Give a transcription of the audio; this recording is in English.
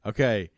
Okay